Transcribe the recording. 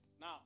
Now